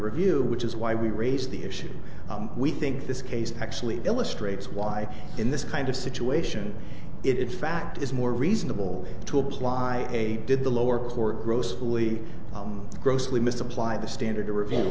review which is why we raise the issue we think this case actually illustrates why in this kind of situation it fact is more reasonable to apply a did the lower court grossly grossly misapplied the standard to reve